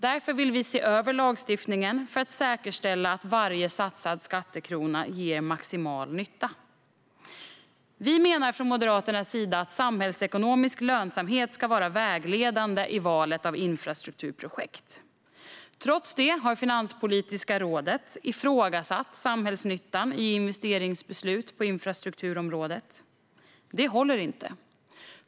Därför vill vi se över lagstiftningen för att säkerställa att varje satsad skattekrona gör maximal nytta. Vi i Moderaterna menar att samhällsekonomisk lönsamhet ska vara vägledande i valet av infrastrukturprojekt. Trots detta har Finanspolitiska rådet ifrågasatt samhällsnyttan i investeringsbeslut på infrastrukturområdet. Detta håller inte.